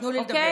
תיתנו לי לדבר.